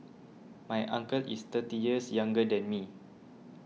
my uncle is thirty years younger than me